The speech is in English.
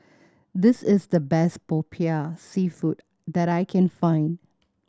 this is the best Popiah Seafood that I can find